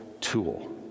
tool